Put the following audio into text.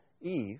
Eve